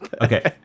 okay